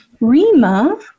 Rima